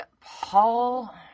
Paul